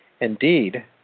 Indeed